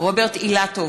רוברט אילטוב,